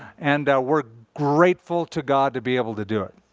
and we're grateful to god to be able to do it.